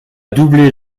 doublé